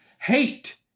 Hate